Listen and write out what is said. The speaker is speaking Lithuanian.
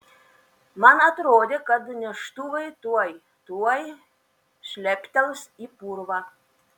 man atrodė kad neštuvai tuoj tuoj šleptels į purvą